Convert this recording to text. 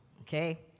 okay